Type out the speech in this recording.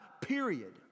period